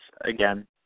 again